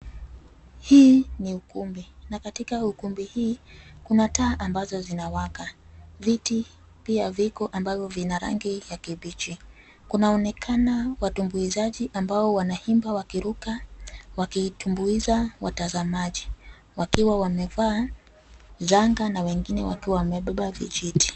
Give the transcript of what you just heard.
Hii ni ukumbi na katika ukumbi hii kuna taa ambazo zinawaka. Viti pia viko ambavyo vina rangi ya kibichi. Kunaonekana watumbuizaji ambao wanaimba wakiruka wakitumbuiza watazamaji wakiwa wamevaa shanga na wengine wamebeba vijiti.